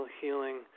healing